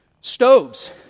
stoves